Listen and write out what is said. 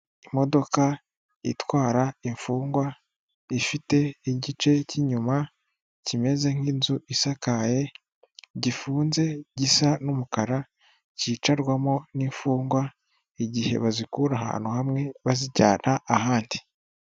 Imodoka itwara imfungwa ifite igice cy'inyuma kimeze nk'inzu isakaye, gifunze gisa n'umukara cyicarwamo n'imfungwa, igihe bazikura ahantu hamwe bazijyana ahandi.